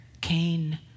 Cain